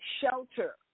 shelter